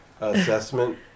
assessment